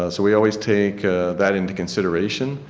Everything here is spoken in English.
ah so we always take that into consideration.